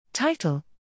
Title